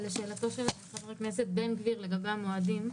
לשאלתו של חבר הכנסת בן גביר לגבי המועדים.